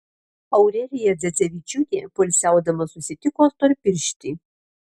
aurelija dzedzevičiūtė poilsiaudama susitiko storpirštį